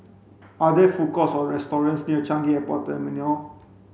are there food courts or restaurants near Changi Airport Terminal